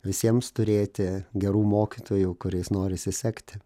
visiems turėti gerų mokytojų kuriais norisi sekti